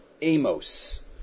Amos